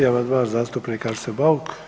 10. amandman zastupnik Arsen Bauk.